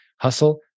hustle